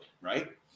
right